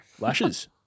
Lashes